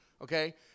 okay